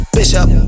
Bishop